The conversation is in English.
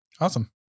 Awesome